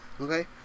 okay